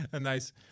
Nice